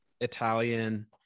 Italian